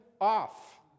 off